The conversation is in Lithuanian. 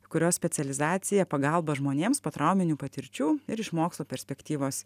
kurios specializacija pagalba žmonėms po trauminių patirčių ir iš mokslo perspektyvos